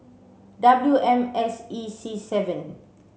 W M S E C seven